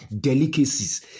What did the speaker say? delicacies